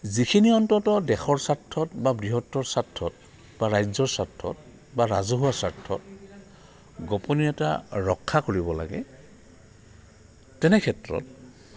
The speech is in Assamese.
যিখিনি অন্তত দেশৰ স্বাৰ্থত বা বৃহত্তৰ স্বাৰ্থত বা ৰাজ্যৰ স্বাৰ্থত বা ৰাজহুৱা স্বাৰ্থত গোপনীয়তা এটা ৰক্ষা কৰিব লাগে তেনে ক্ষেত্ৰত